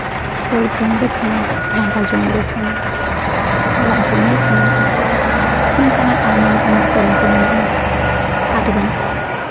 ᱨᱚᱲ ᱡᱚᱝ ᱜᱮ ᱥᱟᱹᱱᱟᱹᱧ ᱞᱟᱸᱫᱟ ᱡᱚᱝᱜᱮ ᱥᱟᱹᱱᱟᱹᱧ ᱪᱟᱞᱟᱜ ᱡᱚᱝᱜᱮ ᱥᱟᱹᱱᱟᱹᱧ ᱟᱠᱚ ᱚᱲᱟᱜ ᱱᱚᱝᱠᱟᱱᱟᱜ ᱟᱭᱢᱟ ᱞᱮᱠᱟᱱᱟᱜ ᱥᱮᱨᱮᱧ ᱠᱚ ᱢᱮᱱᱟᱜᱼᱟ ᱟᱹᱰᱤᱜᱟᱱ